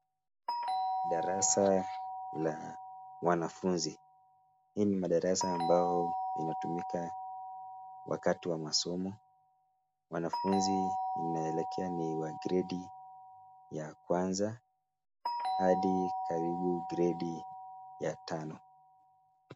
Darasa la wanafunzi. Hii ni madarasa ambayo yanatumika wakati wa masomo. Wanafunzi inaelekea ni wa gredi ya Kwanza hadi karibu gredi ya tano.